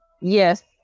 Yes